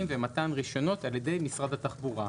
ומתן רישיונות על ידי משרד התחבורה.